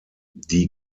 die